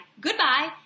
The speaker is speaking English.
goodbye